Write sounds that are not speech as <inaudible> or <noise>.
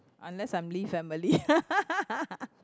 unless I am Lee family <laughs>